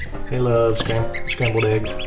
they love scrambled eggs.